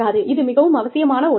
இது மிகவும் அவசியமான ஒன்றாகும்